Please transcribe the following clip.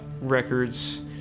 records